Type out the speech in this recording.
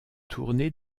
tourné